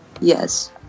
Yes